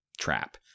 trap